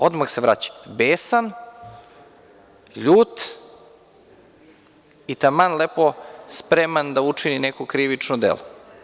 Odmah se vraća, besan, ljut i taman lepo spreman da učini neko krivično delo.